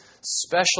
special